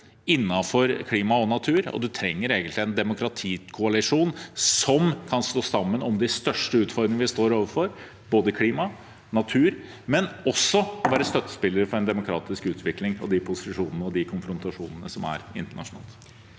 innenfor klima og natur. Man trenger egentlig en demokratikoalisjon som kan stå sammen om de største utfordrin gene vi står overfor når det gjelder klima og natur, og også være støttespiller for en demokratisk utvikling og de posisjonene og konfrontasjonene som er internasjonalt.